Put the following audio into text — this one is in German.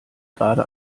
gerade